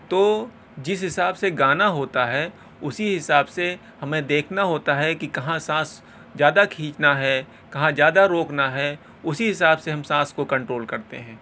تو جس حساب سے گانا ہوتا ہے اسی حساب سے ہمیں دیکھنا ہوتا ہے کہ کہاں سانس زیادہ کھینچنا ہے کہاں زیادہ روکنا ہے اسی حساب سے ہم سانس کو کنٹرول کرتے ہیں